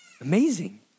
Amazing